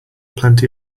plenty